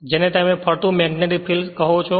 જેને તમે ફરતું મેગ્નેટિક ફિલ્ડ કહો છો